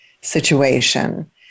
situation